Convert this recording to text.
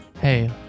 hey